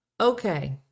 Okay